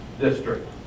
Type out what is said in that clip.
district